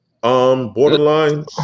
borderline